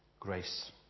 Grace